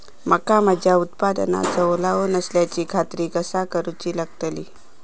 मका माझ्या उत्पादनात ओलावो नसल्याची खात्री कसा करुची लागतली?